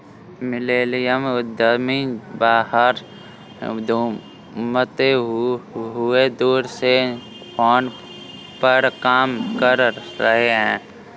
millennial उद्यमी बाहर घूमते हुए दूर से फोन पर काम कर रहे हैं